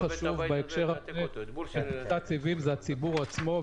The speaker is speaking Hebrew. חשוב בהקשר של פריסת הסיבים זה הציבור עצמו.